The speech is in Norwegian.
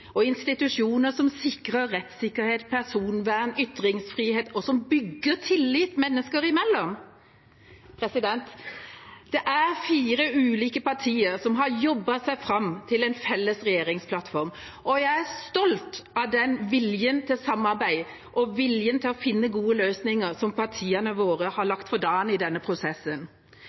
og institusjoner som sikrer rettssikkerhet, personvern og ytringsfrihet, og som bygger tillit mennesker imellom. Det er fire ulike partier som har jobbet seg fram til en felles regjeringsplattform, og jeg er stolt av den viljen til samarbeid og viljen til å finne fram til gode løsninger som partiene våre har lagt for dagen i denne prosessen.